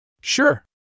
Sure